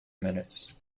minutes